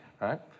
right